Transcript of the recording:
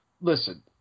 Listen